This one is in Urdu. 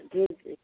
ٹھیک ٹھیک